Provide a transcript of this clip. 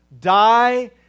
Die